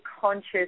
conscious